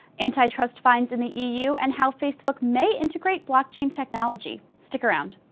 antitrust fines in the e u and how facebook may integrate blockchain technology. stick around.